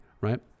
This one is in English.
right